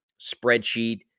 spreadsheet